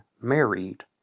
married